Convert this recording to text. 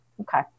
okay